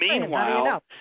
meanwhile –